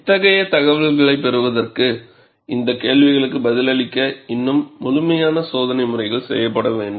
இத்தகைய தகவல்களைப் பெறுவதற்கு இந்தக் கேள்விகளுக்கு பதிலளிக்க இன்னும் முழுமையான சோதனை முறைகள் செய்யப்பட வேண்டும்